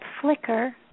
flicker